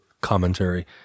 commentary